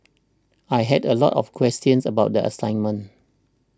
I had a lot of questions about the assignment